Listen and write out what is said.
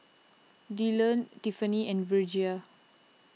Dyllan Tiffani and Virgia